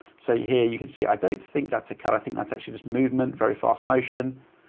so here you can see, i don't think that's a cut. i think that's actually just movement very fast motion.